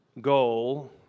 goal